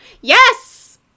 Yes